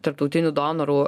tarptautinių donorų